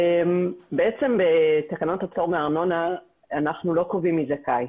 בעצם בתקנות הפטור מארנונה אנחנו לא קובעים מי זכאי.